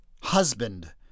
husband